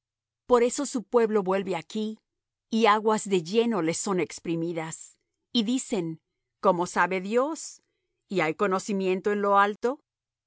por eso su pueblo vuelve aquí y aguas de lleno le son exprimidas y dicen cómo sabe dios y hay conocimiento en lo alto